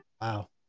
Wow